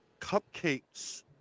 cupcakes